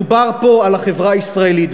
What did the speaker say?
מדובר פה על החברה הישראלית,